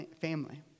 family